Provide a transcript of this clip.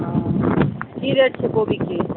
कोबीके